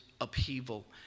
upheaval